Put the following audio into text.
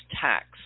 tax